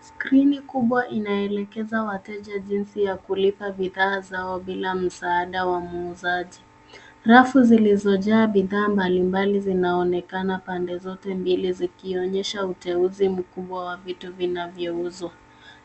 Skrini kubwa inaelekeza wateja jinsi ya kulipa bidhaa zao bila msaada wa muuzaji. Rafu zilizojaa bidhaa mbalimbali zinaonekana pande zote mbili zikionyesha uteuzi mkubwa wa vitu vinavyouzwa.